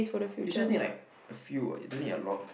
you just need like a few what you don't need a lot